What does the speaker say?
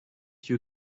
you